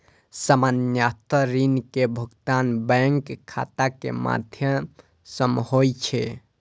सामान्यतः ऋण के भुगतान बैंक खाता के माध्यम सं होइ छै